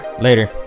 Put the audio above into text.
Later